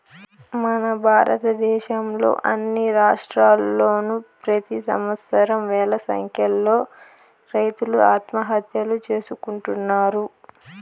మన భారతదేశంలో అన్ని రాష్ట్రాల్లోనూ ప్రెతి సంవత్సరం వేల సంఖ్యలో రైతులు ఆత్మహత్యలు చేసుకుంటున్నారు